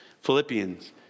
Philippians